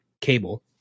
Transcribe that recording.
Cable